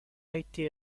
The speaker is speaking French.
été